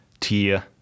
tier